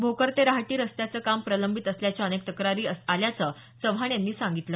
भोकर ते रहाटी रस्त्याचं काम प्रलंबित असल्याच्या अनेक तक्रारी आल्याचं चव्हाण यांनी सांगितलं